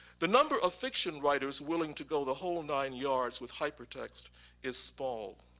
the number of fiction writers willing to go the whole nine yards with hypertext is small.